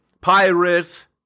Pirate